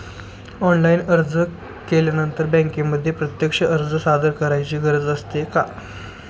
Online अर्ज केल्यानंतर बँकेमध्ये प्रत्यक्ष अर्ज सादर करायची गरज असते का?